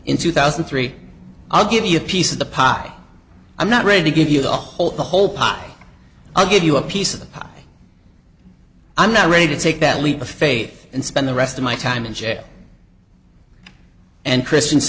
in two thousand and three i give you a piece of the pie i'm not ready to give you the whole the whole pot i'll give you a piece of i'm not ready to take that leap of faith and spend the rest of my time in jail and christ